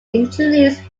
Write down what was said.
introduced